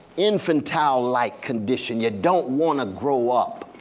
infantile like condition. you don't want to grow up.